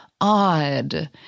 odd